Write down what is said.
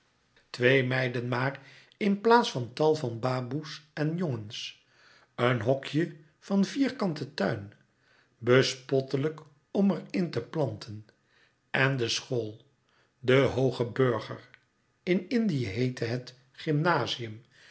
twee meiden maar in plaats van tal van baboes en jongens een hokje van vierkanten tuin bespottelijk om er in te planten en de louis couperus metamorfoze school de hooge burger in indië heette het